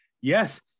Yes